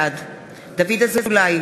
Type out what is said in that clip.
בעד דוד אזולאי,